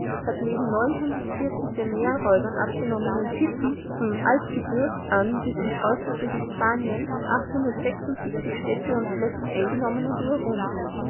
hat neben den meerräubern abgenommenen schiffen vom alpgebürg an bis in das äußerste hispanien städte und flecken eingenommen und überwunden